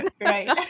Right